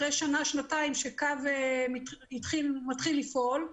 אחרי שנה שנתיים שקו מתחיל לפעול,